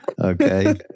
Okay